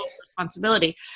responsibility